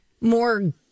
more